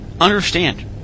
understand